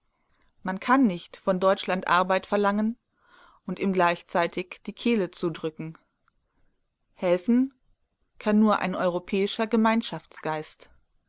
man kann nicht von deutschland arbeit verlangen und ihm gleichzeitig die kehle zudrücken helfen kann nur ein europäischer gemeinschaftsgeist